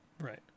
right